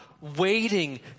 waiting